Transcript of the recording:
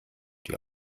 die